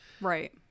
right